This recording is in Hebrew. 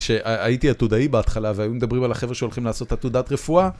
שהייתי עתודאי בהתחלה והיו מדברים על החבר'ה שהולכים לעשות עתודת רפואה.